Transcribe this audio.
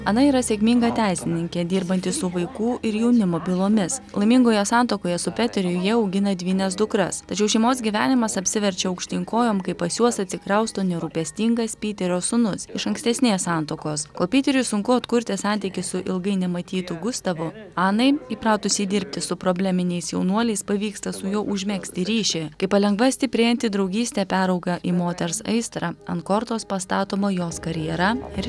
ana yra sėkminga teisininkė dirbanti su vaikų ir jaunimo bylomis laimingoje santuokoje su peteriu jie augina dvynes dukras tačiau šeimos gyvenimas apsiverčia aukštyn kojom kai pas juos atsikrausto nerūpestingas pyterio sūnus iš ankstesnės santuokos kol pyteriui sunku atkurti santykį su ilgai nematytu gustavu anai įpratusiai dirbti su probleminiais jaunuoliais pavyksta su juo užmegzti ryšį kai palengva stiprėjanti draugystė perauga į moters aistrą ant kortos pastatoma jos karjera ir